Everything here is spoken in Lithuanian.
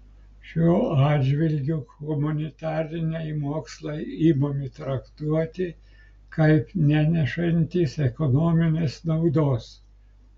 šiuo atžvilgiu humanitariniai mokslai imami traktuoti kaip nenešantys ekonominės naudos